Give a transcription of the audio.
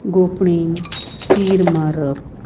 गोंपणीन तीर मारप